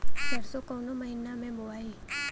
सरसो काउना महीना मे बोआई?